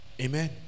Amen